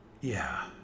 Yeah